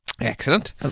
excellent